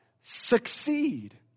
Succeed